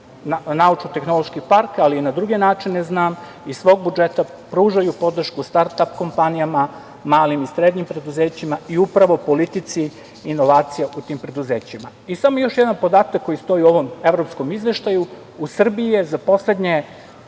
naučno-tehnološki park, ali i na druge načine znam, iz svog budžeta pružaju podršku start-ap kompanijama, malim i srednjim preduzećima i upravo politici inovacija u tim preduzećima. Samo još jedan podatak koji stoji u ovom evropskom izveštaju, u Srbiji je poslednje